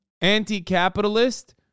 anti-capitalist